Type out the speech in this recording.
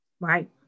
Right